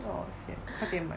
oh sian 快点买